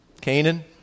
Canaan